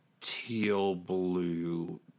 Teal-blue